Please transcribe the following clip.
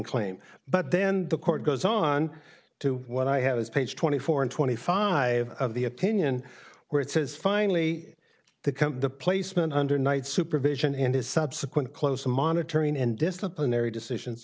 claim but then the court goes on to what i have is page twenty four and twenty five of the opinion where it says finally that the placement under night supervision in his subsequent close monitoring and disciplinary decisions